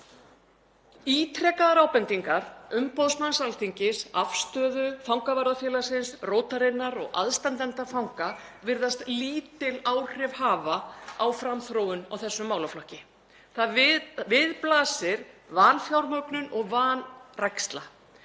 Ítrekaðar ábendingar umboðsmanns Alþingis, Afstöðu, Fangavarðafélagsins, Rótarinnar og aðstandenda fanga virðast lítil áhrif hafa á framþróun á þessum málaflokki. Við blasir vanfjármögnun og vanræksla.